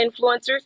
influencers